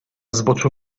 zboczu